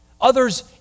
others